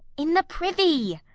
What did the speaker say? in the privy.